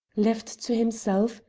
left to himself,